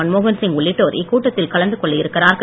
மன்மோகன்சிங் உள்ளிட்டோர் இக்கூட்டத்தில் கலந்து கொள்ள இருக்கிறார்கள்